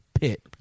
Pitt